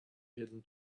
hidden